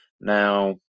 Now